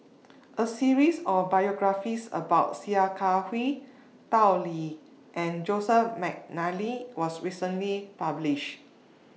A series of biographies about Sia Kah Hui Tao Li and Joseph Mcnally was recently published